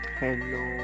Hello